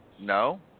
No